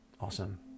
Awesome